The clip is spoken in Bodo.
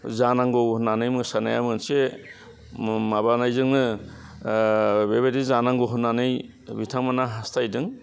जानांगौ होन्नानै मोसानाया मोनसे मु माबानायजोंनो बेबायदि जानांगौ होन्नानै बिथांमोना हास्थायदों